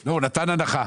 לא, הוא נתן הנחה.